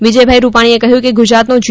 વિજયભાઈ રૂપાણીએ કહ્યું કે ગુજરાતનો જી